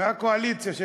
מהקואליציה,